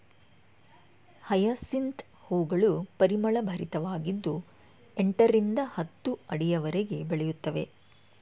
hyacinth ಹೂಗಳು ಪರಿಮಳಭರಿತವಾಗಿದ್ದು ಎಂಟರಿಂದ ಹತ್ತು ಅಡಿಯವರೆಗೆ ಬೆಳೆಯುತ್ತವೆ